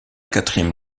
quatrième